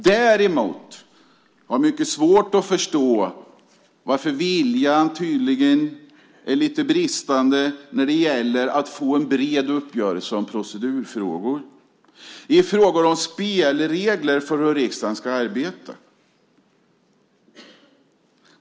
Jag har svårt att förstå den något bristande viljan till att få en bred uppgörelse om procedurfrågor, alltså frågor om spelregler för riksdagens arbetssätt.